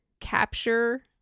capture